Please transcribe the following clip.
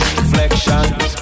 reflections